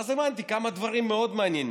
ואז הבנתי כמה דברים מאוד מעניינים.